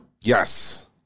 Yes